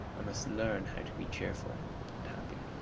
i must learn how to be cheerful and happy.